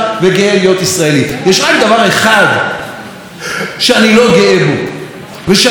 יש רק דבר אחד שאני לא גאה בו ושאני מאוד לא מאושר ממנו.